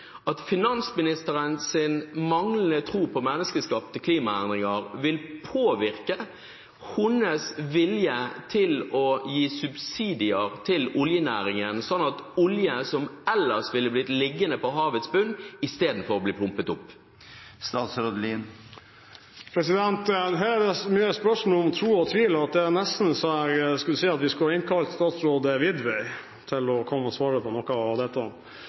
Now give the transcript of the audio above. som ellers ville blitt liggende på havets bunn, istedenfor blir pumpet opp. Her er det så mange spørsmål om tro og tvil at det nesten er sånn at jeg får lyst å si at vi skulle innkalt statsråd Widvey for å komme og svare på noe av dette.